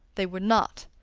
they were not.